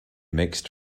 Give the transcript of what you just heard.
mixed